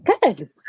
Good